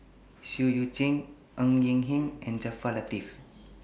Seah EU Chin Ng Eng Hen and Jaafar Latiff